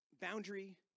boundary